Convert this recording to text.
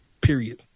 Period